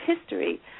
history